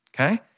Okay